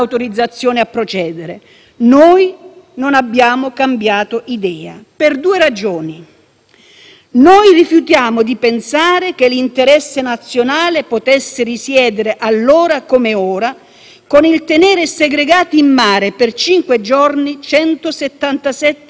Rifiutiamo di pensare che l'interesse nazionale potesse risiedere - allora, come ora - nel tenere segregate in mare per cinque giorni 177 persone, che avevano attraversato il deserto per mesi e mesi e sostato nelle carceri libiche,